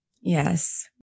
Yes